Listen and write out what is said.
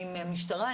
עם המשטרה,